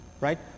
right